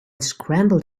scrambled